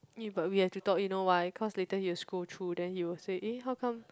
eh but we have to talk you know why cause later he'll scroll through then he will say eh how come